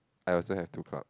I also have two prop